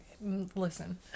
Listen